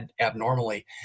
abnormally